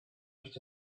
что